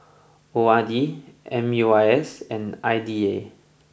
O R D M U I S and I D A